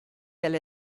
delle